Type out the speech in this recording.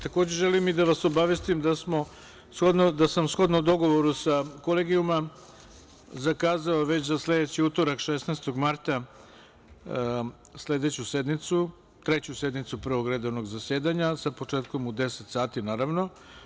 Takođe, želim i da vas obavestim da sam shodno dogovoru sa kolegijuma zakazao već za sledeći utorak 16. marta sledeću sednicu, Treću sednicu Prvog redovnog zasedanja sa početkom u 10.00 časova.